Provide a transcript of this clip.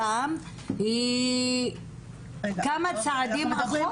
הפעם היא כמה צעדים אחורה.